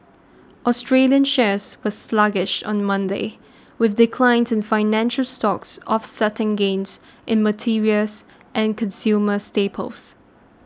Australian shares were sluggish on Monday with declines in financial stocks offsetting gains in materials and consumer staples